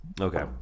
Okay